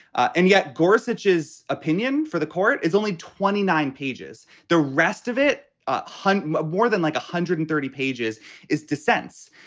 and yet gorsuch is opinion for the court is only twenty nine pages. the rest of it, a hundred, more than one like hundred and thirty pages is dissents.